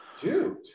Dude